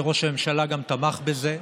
וראש הממשלה גם תמך בזה,